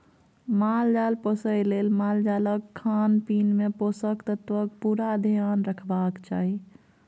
माल जाल पोसय लेल मालजालक खानपीन मे पोषक तत्वक पुरा धेआन रखबाक चाही